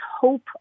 hope